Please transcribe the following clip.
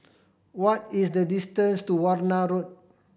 what is the distance to Warna Road